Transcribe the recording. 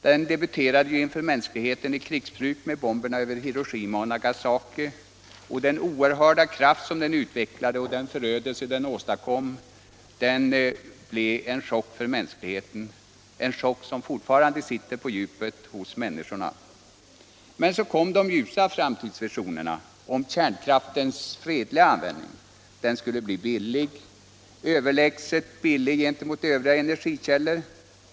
Den debuterade inför mänskligheten i krigsbruk med bomberna över Hiroshima och Nagasaki, och den oerhörda kraft 69 som den utvecklade och den förödelse den åstadkom blev en chock för mänskligheten, en chock som fortfarande sitter på djupet hos människorna. Så kom de ljusa framtidsvisionerna om kärnkraftens fredliga användning. Den skulle bli billig, överlägset billig gentemot övriga energikällor.